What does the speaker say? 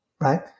right